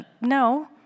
No